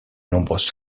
nombreuses